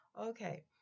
Okay